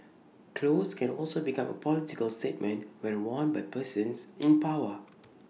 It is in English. clothes can also become A political statement when worn by persons in power